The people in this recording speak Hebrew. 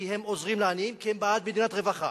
כי הם עוזרים לעניים, כי הם בעד מדינת רווחה.